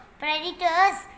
predators